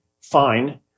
fine